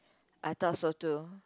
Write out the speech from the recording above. I thought so too